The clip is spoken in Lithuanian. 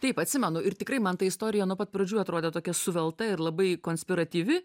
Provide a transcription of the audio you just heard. taip atsimenu ir tikrai man ta istorija nuo pat pradžių atrodė tokia suvelta ir labai konspiratyvi